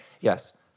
Yes